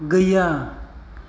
गैया